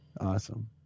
Awesome